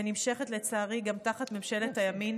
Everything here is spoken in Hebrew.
ונמשכת, לצערי, גם תחת ממשלת הימין